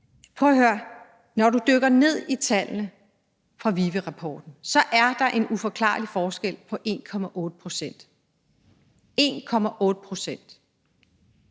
Prøv at høre: Når vi dykker ned i tallene fra VIVE-rapporten, er der en uforklarlig forskel på 1,8 pct., altså 1,8 pct.